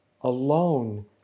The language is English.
alone